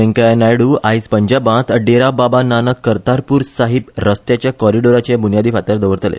वैकय्या नायडु आयज पंजाबांत डेरा बाबा नानक करतारपुर साहिब रसत्याच्या कॉरीडोराचो बुनयादि फातर दवरतले